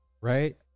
right